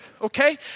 okay